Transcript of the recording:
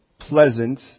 Pleasant